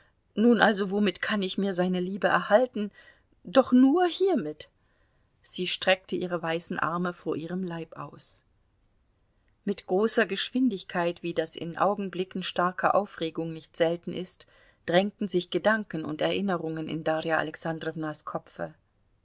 nun also womit kann ich mir seine liebe erhalten doch nur hiermit sie streckte ihre weißen arme vor ihrem leibe aus mit großer geschwindigkeit wie das in augenblicken starker aufregung nicht selten ist drängten sich gedanken und erinnerungen in darja alexandrownas kopfe